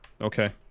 Okay